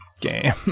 game